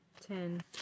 Ten